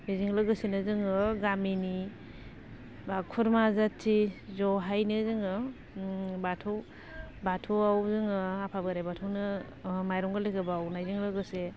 बेजों लोगोसेनो जोङो गामिनि बा खुरमा जाथि जहायनो जोङो बाथौ बाथौआव जोङो आफा बोराइ बाथौनो माइरं गोरलैखौ बावनायजों लोगोसे